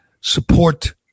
support